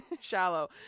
shallow